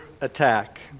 attack